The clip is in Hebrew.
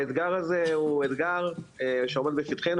האתגר הזה הוא אתגר שעומד בפתחנו,